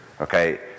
okay